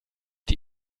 die